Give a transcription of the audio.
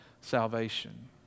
salvation